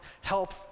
help